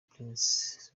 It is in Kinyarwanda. prince